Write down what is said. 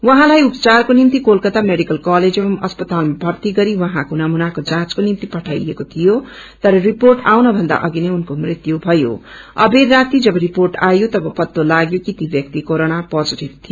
उहाँलाई उपचारको निम्ति कोलकाता मेडिकल कलेज एवम् अस्पातालामा भर्ती गरी उहाँको नमूनाको जाँचको निमित पठाईएको तीथो तर रिपोअ आउन भन्दा अघि नै उनको मृत्यु भयो अबेर राति जब रिपोट आयो तब पत्ते लाग्यो कि ती व्यक्ति क्वेरोना पोजेटिभ थियो